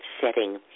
setting